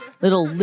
little